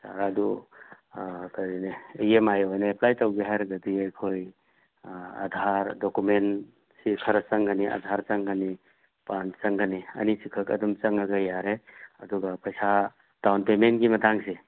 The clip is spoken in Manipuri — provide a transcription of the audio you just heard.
ꯑꯗꯨ ꯀꯔꯤꯅꯤ ꯏ ꯑꯦꯝ ꯑꯥꯏ ꯑꯣꯏꯅ ꯑꯦꯄ꯭ꯂꯥꯏ ꯇꯧꯒꯦ ꯍꯥꯏꯔꯒꯗꯤ ꯑꯩꯈꯣꯏ ꯑꯥ ꯑꯥꯗꯥꯔ ꯗꯣꯀꯨꯃꯦꯟ ꯁꯤ ꯈꯔ ꯆꯪꯒꯅꯤ ꯑꯥꯗꯥꯔ ꯆꯪꯒꯅꯤ ꯄꯥꯟ ꯆꯪꯒꯅꯤ ꯑꯅꯤꯁꯤ ꯈꯛ ꯑꯗꯨꯝ ꯆꯪꯉꯒ ꯌꯥꯔꯦ ꯑꯗꯨꯒ ꯄꯩꯁꯥ ꯗꯥꯎꯟ ꯄꯦꯃꯦꯟꯒꯤ ꯃꯇꯥꯡꯁꯦ